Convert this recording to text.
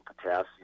potassium